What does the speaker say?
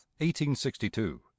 1862